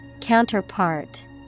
Counterpart